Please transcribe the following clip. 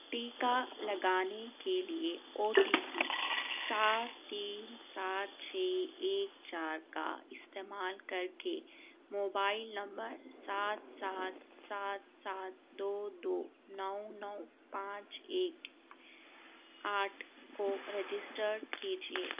ٹیکا لگانے کے لیے او ٹی پی چار تین سات چھ ایک چار کا استعمال کر کے موبائل نمبر سات سات سات سات دو دو نو نو پانچ ایک آٹھ کو رجسٹرڈ کیجیے